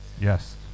yes